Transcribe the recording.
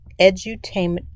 edutainment